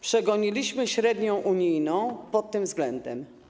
Przegoniliśmy średnią unijną pod tym względem.